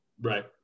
Right